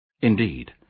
Indeed